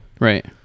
Right